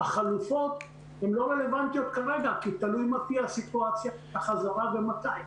החלופות לא רלבנטיות כרגע כי תלוי מה תהיה סיטואציית החזרה ומתי.